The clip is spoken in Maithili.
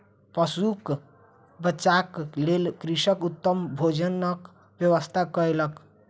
पशुक बच्चाक लेल कृषक उत्तम भोजनक व्यवस्था कयलक